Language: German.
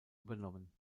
übernommen